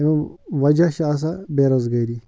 اَمہِ وَجہ چھُ آسان بے روزگٲری